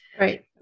Right